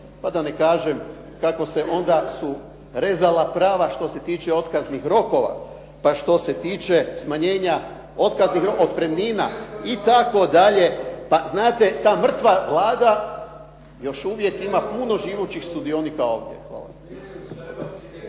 pa da ne kažem kako su se onda rezala prava što se tiče otkaznih rokova, pa što se tiče smanjenja otpremnina itd.. Pa znate ta mrtva Vlada još uvijek ima puno živućih sudionika ovdje. Hvala.